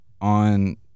on